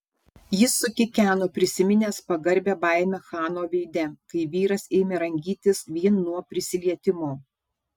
jis sukikeno prisiminęs pagarbią baimę chano veide kai vyras ėmė rangytis vien nuo prisilietimo